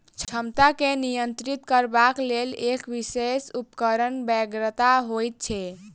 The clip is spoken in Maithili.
क्षमता के नियंत्रित करबाक लेल एक विशेष उपकरणक बेगरता होइत छै